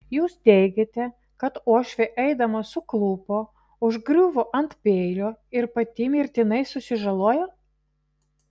jūs teigiate kad uošvė eidama suklupo užgriuvo ant peilio ir pati mirtinai susižalojo